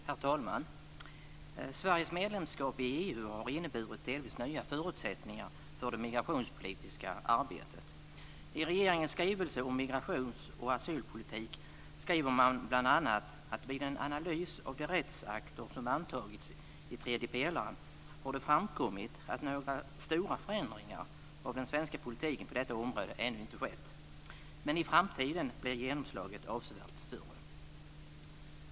Herr talman! Sveriges medlemskap i EU har inneburit delvis nya förutsättningar för det migrationspolistiska arbetet. I regeringens skrivelse om migrations och asylpolitik skriver man bl.a. att vid en analys av de rättsakter som antagits i tredje pelaren har det framkommit att några stora förändringar av den svenska politiken på detta område ännu inte skett. Men i framtiden blir genomslaget avsevärt större.